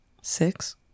Six